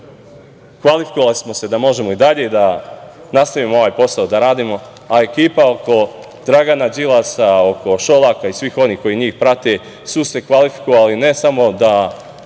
kvalifikovali smo se da možemo i dalje da nastavimo ovaj posao da radimo, a ekipa oko Dragana Đilasa, oko Šolaka i svih onih koji njih prate su se kvalifikovali ne samo da